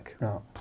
no